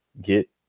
get